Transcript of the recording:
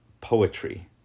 poetry